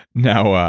now,